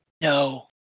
No